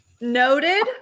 noted